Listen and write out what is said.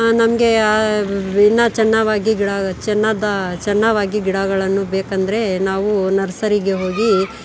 ನಮಗೆ ಆ ಇನ್ನೂ ಚೆನ್ನಾಗಿ ಗಿಡ ಚೆನ್ನಾದ ಚೆನ್ನಾಗಿ ಗಿಡಗಳನ್ನು ಬೇಕಂದರೆ ನಾವು ನರ್ಸರಿಗೆ ಹೋಗಿ